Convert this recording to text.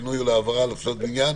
לפינוי או להעברה של פסולת בניין